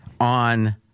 on